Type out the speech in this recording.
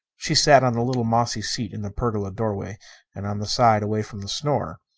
she sat on the little mossy seat in the pergola doorway and on the side away from the snore.